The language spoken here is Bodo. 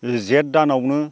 जेठ दानावनो